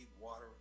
water